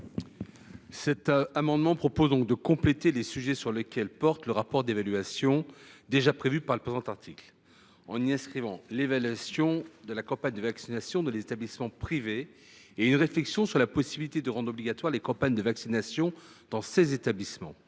Cet amendement vise à compléter les sujets sur lesquels porte le rapport d’évaluation prévu par le présent article, en y inscrivant une évaluation de la campagne de vaccination dans les établissements privés et une réflexion sur la possibilité de rendre obligatoires les campagnes de vaccination dans ces établissements.